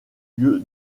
lieu